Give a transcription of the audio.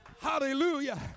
Hallelujah